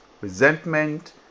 resentment